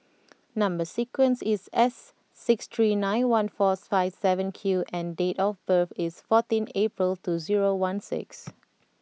number sequence is S six three nine one four five seven Q and date of birth is fourteen April two zero one six